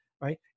right